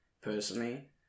personally